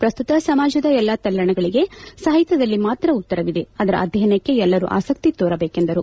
ಪ್ರಸ್ತುತ ಸಮಾಜದ ಎಲ್ಲಾ ತಲ್ಲಣಗಳಿಗೆ ಸಾಹಿತ್ಯದಲ್ಲಿ ಮಾತ್ರ ಉತ್ತರವಿದೆ ಅದರ ಅಧ್ಯಯನಕ್ಕೆ ಎಲ್ಲರೂ ಆಸಕ್ತಿ ತೋರಬೇಕೆಂದರು